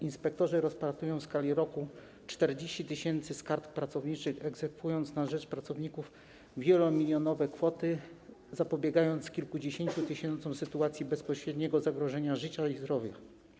Inspektorzy rozpatrują w skali roku 40 tys. skarg pracowniczych, egzekwując na rzecz pracowników wielomilionowe kwoty i zapobiegając kilkudziesięciu tysiącom sytuacji bezpośredniego zagrożenia życia i zdrowia.